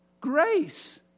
Grace